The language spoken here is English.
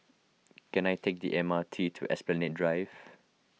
can I take the M R T to Esplanade Drive